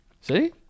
See